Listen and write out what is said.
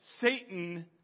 Satan